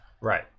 Right